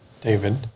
David